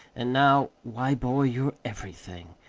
and now why, boy, you're everything.